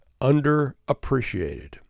underappreciated